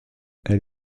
elle